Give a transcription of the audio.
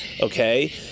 Okay